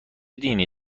دینی